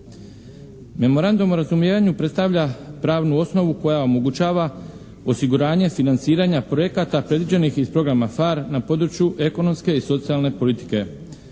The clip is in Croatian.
Memorandum o razumijevanju predstavlja pravnu osnovu koja omogućava osiguranje financiranja projekata predviđenih iz programa PHARE na području ekonomske i socijalne politike.